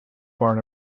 part